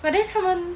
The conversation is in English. but then 他们